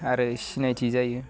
आरो सिनायथि जायो